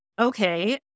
okay